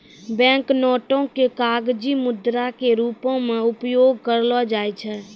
bank नोटो के कागजी मुद्रा के रूपो मे उपयोग करलो जाय छै